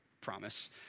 promise